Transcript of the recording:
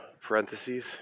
parentheses